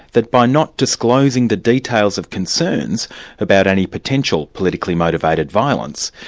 that by not disclosing the details of concerns about any potential politically motivated violence,